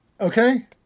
Okay